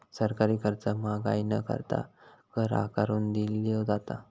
सरकारी खर्च महागाई न करता, कर आकारून दिलो जाता